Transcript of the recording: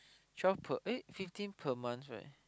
twelve per eh fifteen per month right